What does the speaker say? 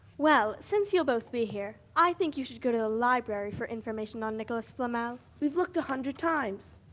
well, since you'll both be here i think you should go to a library for information on nicholas flamel. we've looked a hundred times.